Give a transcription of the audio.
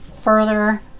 further